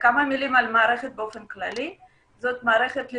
כמה מילים על המערכת באופן כללי.